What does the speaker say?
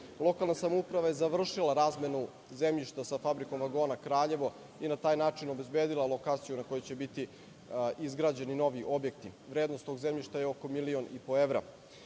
samouprava je završila razmenu zemljišta sa Fabrikom vagona Kraljevo i na taj način obezbedila lokaciju na kojoj će biti izgrađeni novi objekti. Vrednost tog zemljišta je oko milion i po evra.